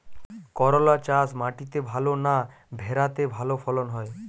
করলা চাষ মাটিতে ভালো না ভেরাতে ভালো ফলন হয়?